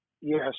Yes